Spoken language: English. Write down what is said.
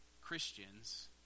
Christians